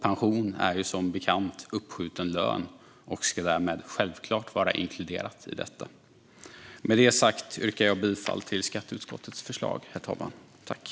Pension är som bekant uppskjuten lön och ska därmed självklart inkluderas i detta. Med det sagt yrkar jag bifall till skatteutskottets förslag, herr talman.